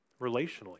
relationally